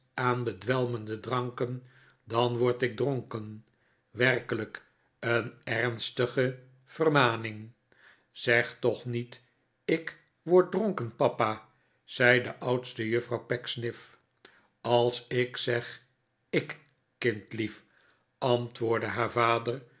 aan bedwelmende dranken dan word ik dronken werkelijk een ernstige vermaning zeg toch niet ik word dronken papa zei de oudste juffrouw pecksniff als ik zeg i k kindlief antwoordde haar vader